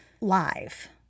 live